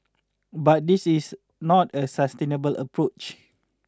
but this is not a sustainable approach